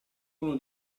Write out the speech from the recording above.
uno